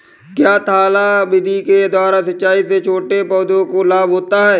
क्या थाला विधि के द्वारा सिंचाई से छोटे पौधों को लाभ होता है?